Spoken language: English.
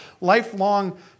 lifelong